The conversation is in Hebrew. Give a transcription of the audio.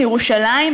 מירושלים,